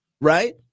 right